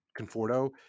Conforto